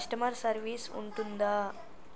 Customer service ఉంటుందా?